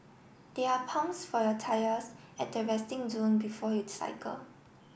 there are pumps for your tyres at the resting zone before you cycle